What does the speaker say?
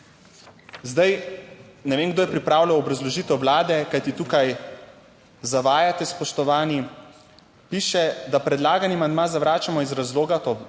Zdaj, ne vem, kdo je pripravljal obrazložitev Vlade, kajti tukaj zavajate, spoštovani. Piše, da predlagani amandma zavračamo iz razloga, to